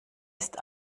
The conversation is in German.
ist